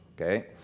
Okay